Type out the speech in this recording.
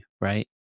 right